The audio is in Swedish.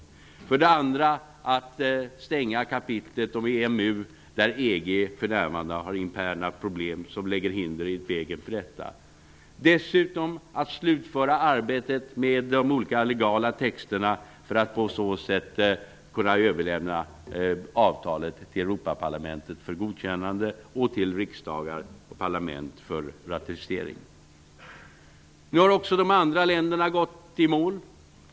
Den andra frågan handlar om att avsluta kapitlet om EMU, där EU för närvarande har interna problem som lägger hinder i vägen. Dessutom återstår det att slutföra arbetet med de olika legala texterna för att på så sätt kunna överlämna avtalet till Europaparlamentet för godkännande samt till riksdagar och parlament för ratificering. Nu har också de andra ländrna gått i mål.